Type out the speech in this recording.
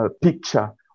picture